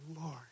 Lord